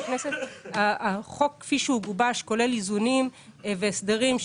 החוק כפי שגובש, כולל איזונים והסדרים.